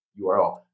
URL